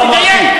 צבא ואזרחים,